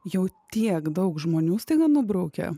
jau tiek daug žmonių staiga nubraukia